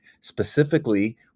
specifically